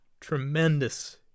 tremendous